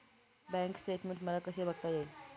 Bank statement मला कसे बघता येईल?